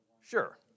Sure